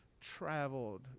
traveled